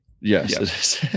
Yes